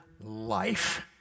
life